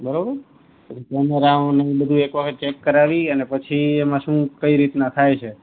બરોબર પછી કેમેરાને બધું એક વખત ચેક કરાવીને પછી એમાં શું કઈ રીતના થાય છે